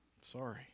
Sorry